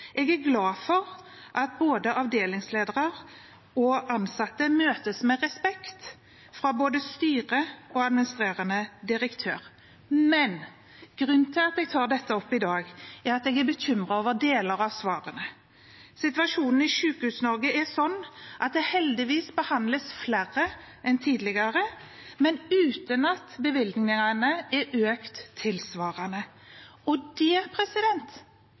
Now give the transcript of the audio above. Jeg er glad for at både avdelingsledere og ansatte møtes med respekt fra både styret og administrerende direktør. Men grunnen til at jeg tar dette opp i dag, er at jeg er bekymret over deler av svarene. Situasjonen i Sykehus-Norge er slik at det heldigvis behandles flere enn tidligere, men uten at bevilgningene har økt tilsvarende. Det er også hovedsvaret fra ledelsen – en ærlig og